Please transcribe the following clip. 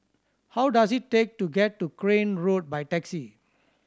how does it take to get to Crane Road by taxi